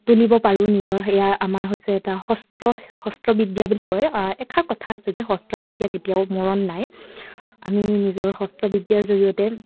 তুলিব পাৰোঁ নিজৰ সেয়া আমাৰ হৈছে এটা হস্ত হস্ত বিদ্যা বুলি কয় এষাৰ কথা আছে যে হস্ত বিদ্যা কেতিয়াও মৰণ নাই আমি নিজৰ হস্ত বিদ্যাৰ জৰিয়তে